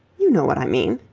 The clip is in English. you know what i mean.